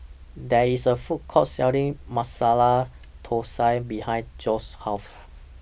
There IS A Food Court Selling Masala Thosai behind Joeseph's House